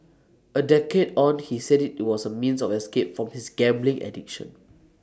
A decade on he said IT was A means of escape from his gambling addiction